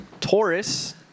Taurus